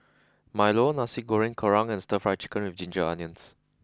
Milo Nasi Goreng Kerang and Stir Fried Chicken with Ginger Onions